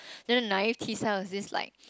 then naive T cells is this like